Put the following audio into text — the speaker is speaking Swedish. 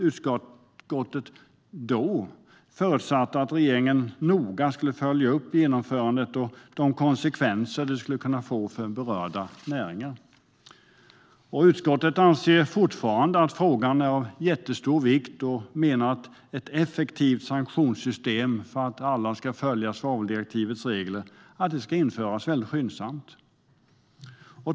Utskottet förutsatte då att regeringen noga skulle följa upp genomförandet och de konsekvenser det skulle kunna få för berörda näringar. Utskottet anser fortfarande att frågan är av jättestor vikt och menar att ett effektivt sanktionssystem för att alla ska följa svaveldirektivets regler ska införas skyndsamt.